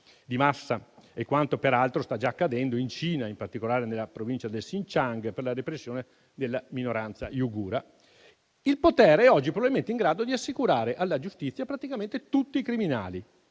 di massa (è quanto peraltro sta già accadendo in Cina, in particolare nella provincia del Xinjiang, per la repressione della minoranza uigura), il potere oggi è probabilmente in grado di assicurare alla giustizia praticamente tutti i criminali;